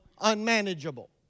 unmanageable